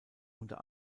unter